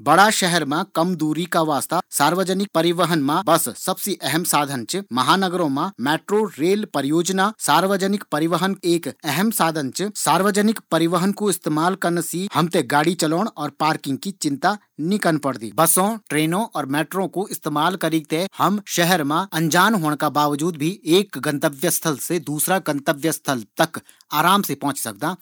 बड़ा शहर मा कम दूरी का वास्ता सार्वजनिक परिवहन मा बस सबसे अहम साधन च। महानगरों मा मेट्रो, रेल परियोजना, सार्वजनिक परिवहन एक अहम साधन च। सार्वजनिक परिवहन कू इस्तेमाल करन से हम थें गाड़ी चलोण और पार्किंग की चिंता नी करना पड़दी। बसों, ट्रेनों और मेट्रो कू इस्तेमाल करीक थें हम शहर मा अनजान होण का बावजूद एक गंतव्य स्थल से दूसरा गंत्व्य स्थल तक आराम से पोंछी सकदां।